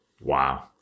Wow